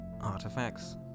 artifacts